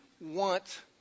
want